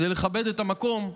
כדי לכבד את המקום: